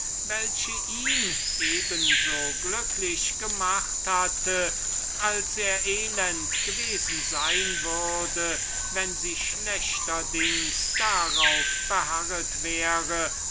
welche ihn so glücklich gemacht hatte als er elend gewesen sein würde wenn sie schlechterdings darauf beharret wäre